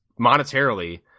monetarily